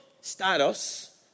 status